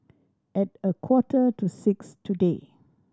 at a quarter to six today